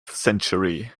century